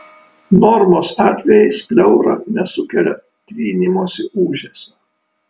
normos atvejais pleura nesukelia trynimosi ūžesio